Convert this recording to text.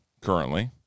currently